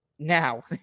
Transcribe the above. now